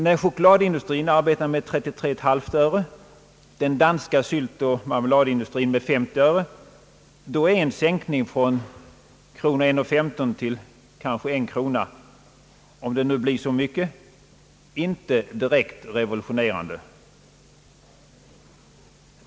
När chokladindustrin arbetar med 33,5 öre och den danska syltoch marmeladindustrin med 50 öre, är en sänkning från kronor 1:15 till kanske en krona — om sänkningen nu blir så stor — inte direkt revolutionerande.